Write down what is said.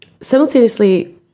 simultaneously